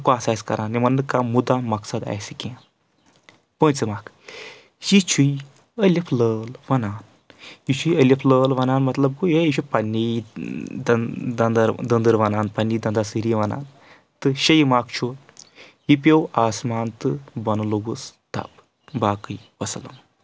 بَکواس آسہِ کران یِمن نہٕ کانٛہہ مُدا مقصد آسہِ کینٛہہ پوٗنٛژِم اکھ یہِ چھُے ألِف لٲلۍ ونان یہِ چھُوٚے ألف لٲل ونان مطلب گوٚو یے یہِ چھُ پننیٖ دٔن دٔندٕر دٔندٕر ونان پننیٖ دَنا سیٖری ونان تہٕ شیٚیِم اکھ چھُ یہِ پیٚو آسمان تہٕ بوٚنہٕ لوٚگُس دب باقٕے وسلام